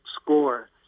score